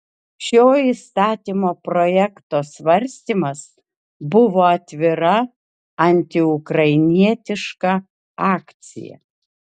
šio įstatymo projekto svarstymas buvo atvira antiukrainietiška akcija